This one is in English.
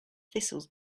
thistles